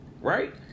Right